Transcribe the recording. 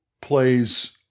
plays